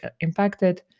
impacted